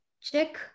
Check